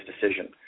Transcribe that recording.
decision